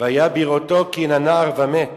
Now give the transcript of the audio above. "והיה כראותו כי אין הנער ומת",